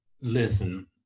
Listen